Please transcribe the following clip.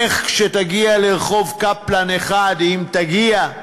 איך, כשתגיע לרחוב קפלן 1, אם תגיע,